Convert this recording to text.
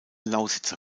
lausitzer